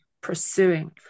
pursuing